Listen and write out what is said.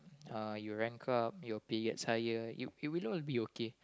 uh you rank up your pay gets higher it it will really be okay